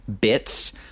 bits